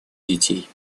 детей